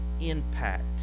impact